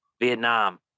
vietnam